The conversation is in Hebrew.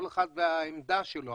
כל אחד והעמדה שלו,